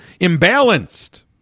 imbalanced